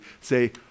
say